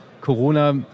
Corona